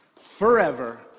forever